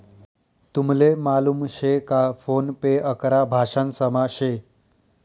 तुमले मालूम शे का फोन पे अकरा भाषांसमा शे